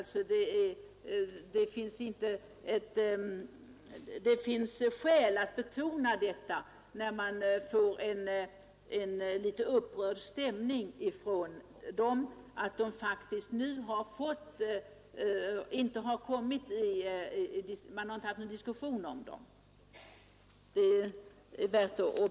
När stämningen bland dem blir litet upprörd, finns det skäl att betona detta.